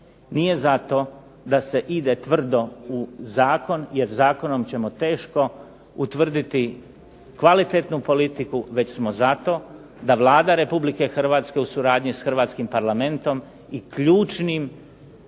Nije zato da se ide tvrdo u zakon jer zakonom ćemo teško utvrditi kvalitetnu politiku već smo zato da Vlada Republike Hrvatske u suradnji s Hrvatskim parlamentom i ključnim